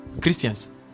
Christians